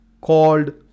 called